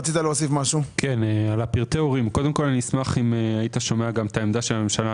לגבי פרטי ההורים, אשמח שתשמע את עמדת הממשלה.